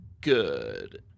good